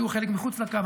יהיו חלק מחוץ לקו.